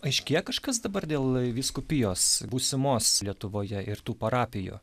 aiškėja kažkas dabar dėl vyskupijos būsimos lietuvoje ir tų parapijų